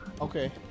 Okay